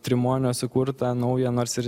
trimonio sukurtą naują nors ir